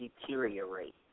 deteriorate